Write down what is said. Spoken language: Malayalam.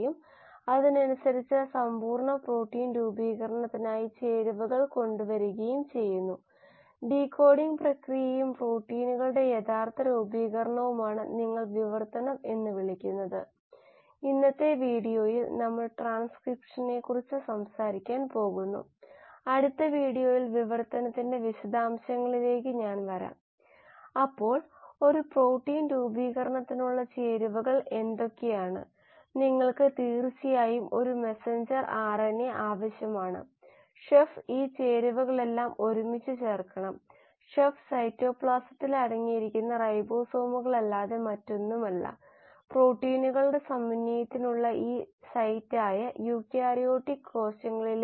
ഉപയോഗിക്കുന്ന സാധാരണ ബയോറിയാക്ടർ തരങ്ങൾ ഇളക്കിവിടുന്ന tank bioreactor air lift bioreactor packed bed bioreactor solid state bioreactor ദ്രാവകം ഇല്ലാത്തത് ഡിസ്പോസിബിൾ പ്ലാസ്റ്റിക് പാത്രങ്ങൾ പോലുള്ള ഒറ്റ തവണ ഉപയോഗിയ്ക്കുന്ന ബയോറിയാക്ടറുകളും വ്യവസായത്തിലെ ചില പ്രവർത്തന കാരണങ്ങളാൽ മികച്ച തരംഗ ബയോറിയാക്ടറുകളും